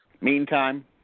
Meantime